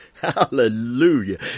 Hallelujah